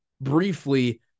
briefly